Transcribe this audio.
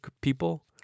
people